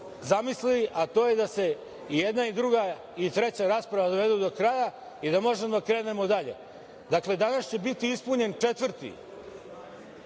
a to je da se i jedna i druga i treća rasprava dovedu do kraja i da možemo da krenemo dalje. Danas će biti ispunjen 4.